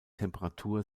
temperatur